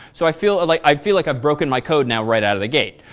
so i feel like i feel like i broken my code now right out of the gate.